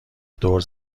دور